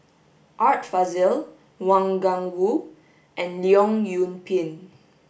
Art Fazil Wang Gungwu and Leong Yoon Pin